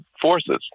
forces